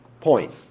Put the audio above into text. point